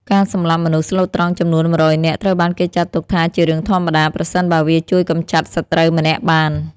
ការសម្លាប់មនុស្សស្លូតត្រង់ចំនួន ១០០ នាក់ ត្រូវបានគេចាត់ទុកថាជារឿងធម្មតា ប្រសិនបើវាជួយកម្ចាត់សត្រូវម្នាក់បាន។